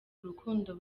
urukundo